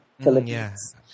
Philippines